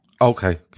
Okay